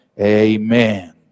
amen